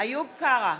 איוב קרא,